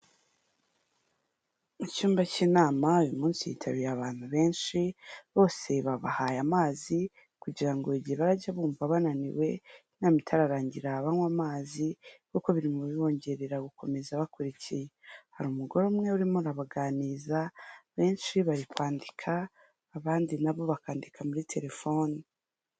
Mu cyumba cy'inama uyu munsi yitabiriye abantu benshi, bose babahaye amazi kugira ngo mu gihe barajya bumva bananiwe inama itararangira banywe amazi, kuko biri mu bibongerera gukomeza bakurikiye, hari umugore umwe urimo abaganiriza benshi bari kwandika, abandi nabo bakandika muri terefoni.